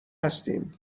هستیم